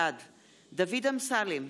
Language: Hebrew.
בעד דוד אמסלם,